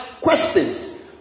questions